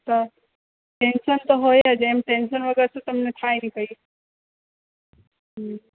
tension તો હોય જ એમ ટેન્શન વગર તો તમને થાય નહીં કંઈ